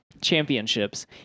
championships